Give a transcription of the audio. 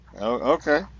Okay